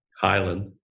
Highland